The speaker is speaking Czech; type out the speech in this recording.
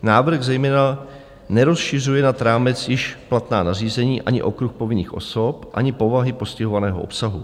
Návrh zejména nerozšiřuje nad rámec již platná nařízení ani okruh povinných osob, ani povahy postihovaného obsahu.